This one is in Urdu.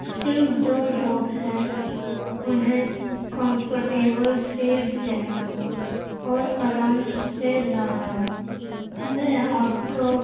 صرف دو لوگ ہیں انہیں کمفرٹیبل سیٹ دینا اور آرام سے لانا میں آپ کو